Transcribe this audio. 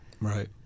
Right